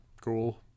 cool